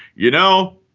you know,